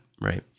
right